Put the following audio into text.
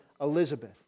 Elizabeth